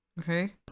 Okay